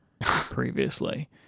previously